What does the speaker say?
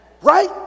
right